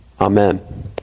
Amen